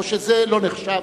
או שזה לא נחשב,